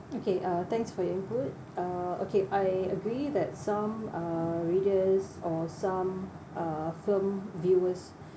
okay uh thanks for your input uh okay I agree that some uh readers or some uh film viewers